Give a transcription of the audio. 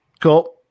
Cool